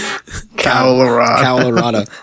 Colorado